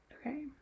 Okay